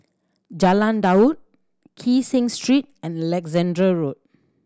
Jalan Daud Kee Seng Street and Alexandra Road